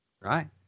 Right